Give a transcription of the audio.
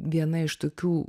viena iš tokių